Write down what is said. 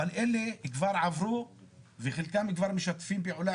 אבל אלה כבר עברו וחלקם כבר משתפים פעולה